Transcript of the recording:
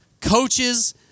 coaches